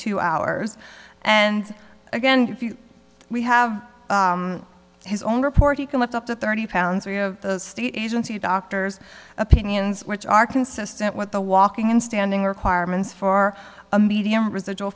two hours and again we have his own report he came up to thirty pounds of those state agency doctors opinions which are consistent what the walking and standing requirements for a medium residual